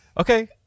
okay